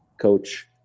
Coach